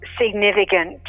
significant